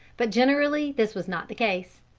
but generally this was not the case.